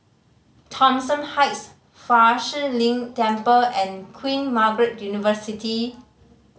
Thomson Heights Fa Shi Lin Temple and Queen Margaret University